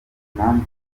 impamvu